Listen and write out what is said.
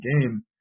game